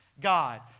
God